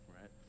right